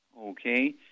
Okay